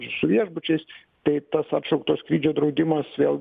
su viešbučiais tai tas atšaukto skrydžio draudimas vėl